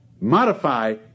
modify